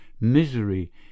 Misery